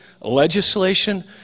legislation